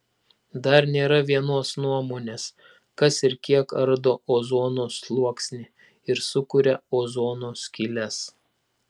dar nėra vienos nuomonės kas ir kiek ardo ozono sluoksnį ir sukuria ozono skyles